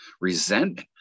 resentment